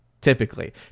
typically